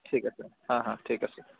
ঠিক আছে হা হা ঠিক আছে